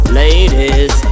ladies